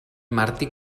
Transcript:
martí